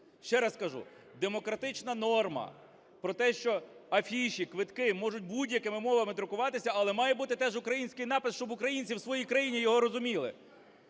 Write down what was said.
Ще раз кажу, демократична норма про те, що афіші, квитки можуть будь-якими мовами друкуватися, але має бути теж український напис, щоб українці в своїй країні його розуміли.